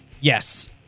yes